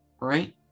right